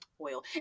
oil